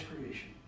creation